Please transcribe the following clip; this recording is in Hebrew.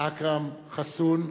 אכרם חסון,